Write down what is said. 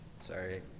Sorry